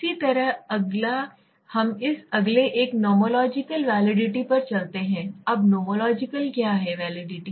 इसी तरह अगला हम इस अगले एक नोमोलॉजिकल वैलिडिटी पर चलते हैं अब नोमोलॉजिकल क्या है वैलिडिटी